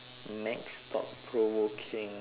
next thought provoking